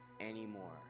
Anymore